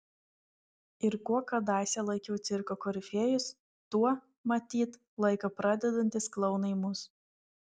ir kuo kadaise laikiau cirko korifėjus tuo matyt laiko pradedantys klounai mus